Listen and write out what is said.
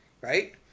Right